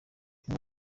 ngo